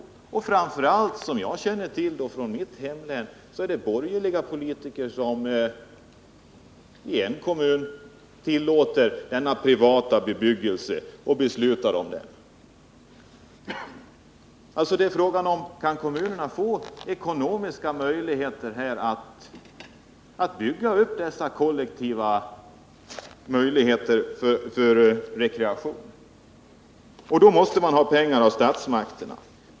Och framför allt är det, som jag känner till från en kommun i mitt hemlän, borgerliga politiker som tillåter denna privata bebyggelse och beslutar om den. Det är alltså fråga om kommunerna kan få ekonomiska möjligheter att bygga ut detta kollektivt ägda boende för rekreation, och då måste de ha pengar av statsmakterna.